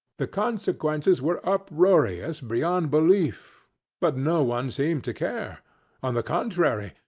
the consequences were uproarious beyond belief but no one seemed to care on the contrary,